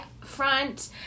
front